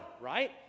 right